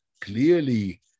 clearly